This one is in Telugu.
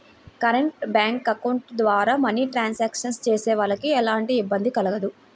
కరెంట్ బ్యేంకు అకౌంట్ ద్వారా మనీ ట్రాన్సాక్షన్స్ చేసేవాళ్ళకి ఎలాంటి ఇబ్బంది కలగదు